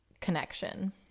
connection